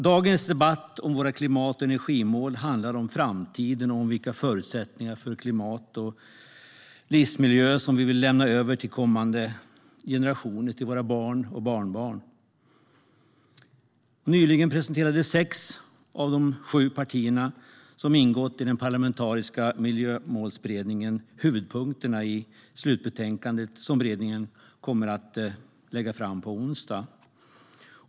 Dagens debatt om våra klimat och energimål handlar om framtiden och om vilka förutsättningar för klimat och livsmiljö som vi vill lämna över till kommande generationer, till våra barn och barnbarn. Nyligen presenterade sex av de sju partierna som ingått i den parlamentariska Miljömålsberedningen huvudpunkterna i det slutbetänkande som beredningen kommer att lägga fram på onsdag.